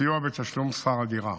סיוע בתשלום שכר הדירה.